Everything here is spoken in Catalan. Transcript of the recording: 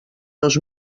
dos